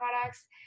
products